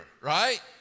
right